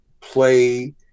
play